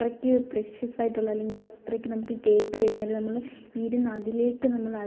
അത്രയ്ക്ക് പ്രഷ്യസായിട്ടുള്ള അല്ലെങ്കിൽ അത്രയ്ക്ക് നമുക്ക് കേട്ട് കഴിഞ്ഞാൽ നമ്മൾ ഇരുന്ന് അതിലേയ്ക്ക് നമ്മൾ